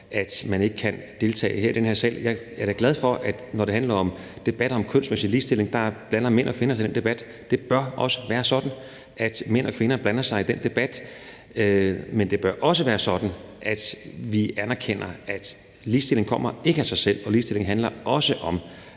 at man ikke kan deltage i den her sal. Jeg er da glad for, når det handler om debatter om kønsmæssig ligestilling, at mænd og kvinder blander sig i den debat. Det bør være sådan, at mænd og kvinder blander sig i den debat, men det bør også være sådan, at vi anerkender, at ligestilling ikke kommer af sig selv, og at ligestilling også handler om